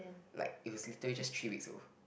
like it was literally just three weeks ago